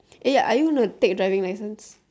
eh are you going to take driving license